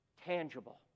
tangible